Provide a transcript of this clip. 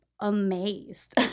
amazed